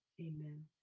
Amen